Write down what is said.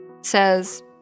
says